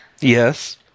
Yes